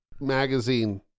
magazine